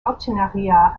partenariat